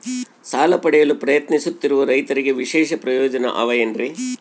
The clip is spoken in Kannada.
ಸಾಲ ಪಡೆಯಲು ಪ್ರಯತ್ನಿಸುತ್ತಿರುವ ರೈತರಿಗೆ ವಿಶೇಷ ಪ್ರಯೋಜನ ಅವ ಏನ್ರಿ?